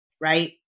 right